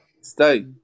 stay